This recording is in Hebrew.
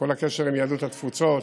כל הקשר עם יהדות התפוצות,